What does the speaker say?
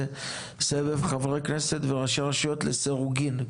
סבב חברי כנסת וראשי רשויות לסירוגין.